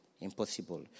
impossible